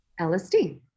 LSD